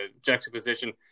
juxtaposition